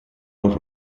уже